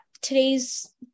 today's